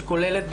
שכוללת,